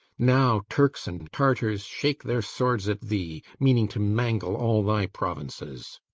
now turks and tartars shake their swords at thee, meaning to mangle all thy provinces.